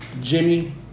Jimmy